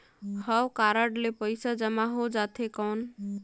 हव कारड ले पइसा जमा हो जाथे कौन?